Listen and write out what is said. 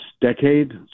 decade